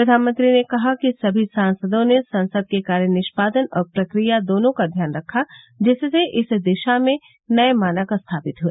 प्रधानमंत्री ने कहा कि सभी सांसदों ने संसद के कार्य निष्पादन और प्रक्रिया दोनों का ध्यान रखा जिससे इस दिशा में नये मानक स्थापित हुए